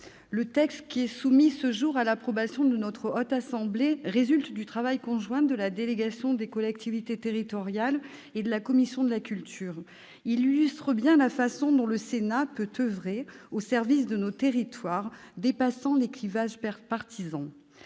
le texte qui est soumis ce jour à l'approbation de notre Haute Assemblée résulte du travail conjoint de la délégation aux collectivités territoriales et à la décentralisation et de la commission de la culture. Il illustre bien la façon dont le Sénat peut oeuvrer, au service de nos territoires, dépassant les clivages partisans.